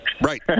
Right